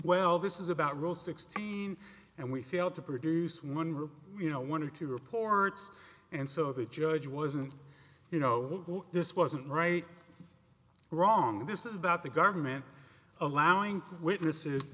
well this is about role sixteen and we failed to produce one really you know one or two reports and so the judge wasn't you know this wasn't right wrong this is about the government allowing witnesses